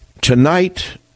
Tonight